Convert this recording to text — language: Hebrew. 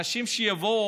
אנשים שיבואו,